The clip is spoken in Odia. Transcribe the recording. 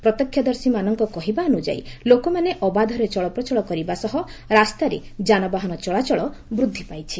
ପ୍ରତ୍ୟକ୍ଷଦର୍ଶୀମାନଙ୍କ କହିବା ଅନୁଯାୟୀ ଲୋକମାନେ ଅବାଧରେ ଚଳପ୍ରଚଳ କରିବା ସହ ରାସ୍ତାରେ ଯାନବାହାନ ଚଳାଚଳ ବୃଦ୍ଧି ପାଇଛି